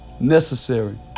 necessary